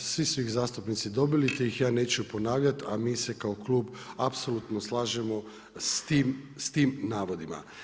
Svi su ih zastupnici dobili, te ih ja neću ponavljati, a mi se kao klub apsolutno slažemo s tim navodima.